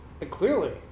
Clearly